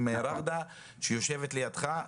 עם רגדה שיושבת לידך.